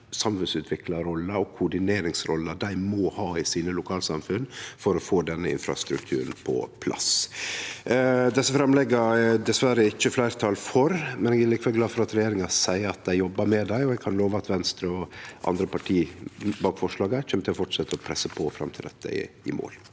samfunnsutviklarrolla og koordineringsrolla dei må ha i lokalsamfunna sine for å få denne infrastrukturen på plass. Desse framlegga er det dessverre ikkje fleirtal for, men eg er likevel glad for at regjeringa seier at dei jobbar med dei, og eg kan lova at Venstre og andre parti bak forslaga kjem til å fortsetje å presse på fram til dette er i mål.